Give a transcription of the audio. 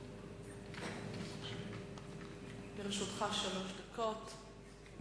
לרשותך שלוש דקות.